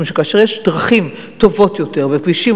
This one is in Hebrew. משום שכאשר יש דרכים טובות יותר וכבישים